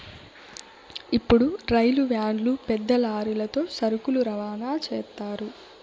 ఇప్పుడు రైలు వ్యాన్లు పెద్ద లారీలతో సరుకులు రవాణా చేత్తారు